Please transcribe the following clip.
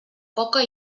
poca